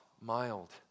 mild